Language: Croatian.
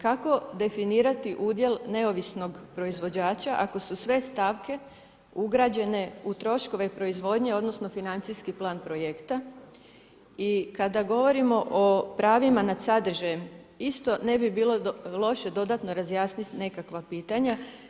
Kako definirati udjel neovisnog proizvođača ako su sve stavke ugrađene u troškove proizvodnje odnosno financijski plan projekta i kada govorimo o pravima nad sadržajem, isto ne bi bilo loše dodatno razjasniti nekakva pitanja.